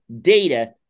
data